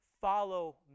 Follow